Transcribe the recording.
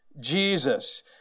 Jesus